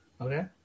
Okay